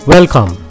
Welcome